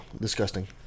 disgusting